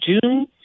June